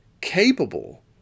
capable